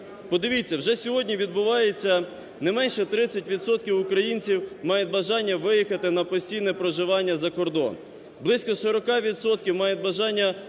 Подивіться, вже сьогодні відбувається: не менше 30 відсотків українців мають бажання виїхати на постійне проживання за кордон. Близько 40 відсотків мають бажання